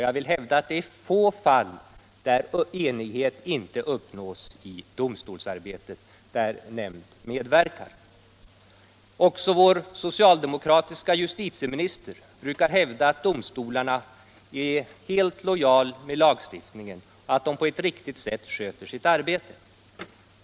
Jag vill hävda att det finns få fall där enighet inte uppnås i domstolsarbetet där nämnd medverkar. Också vår socialdemokratiske justitieminister brukar hävda att domstolarna är helt lojala gentemot lagstiftningen, att de på ett riktigt sätt sköter sitt arbete.